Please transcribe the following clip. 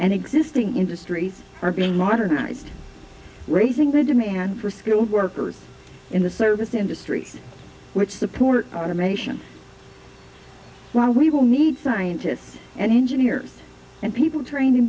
and existing industries are being modernized raising the demand for skilled workers in the service industries which support automation while we will need scientists and engineers and people trained in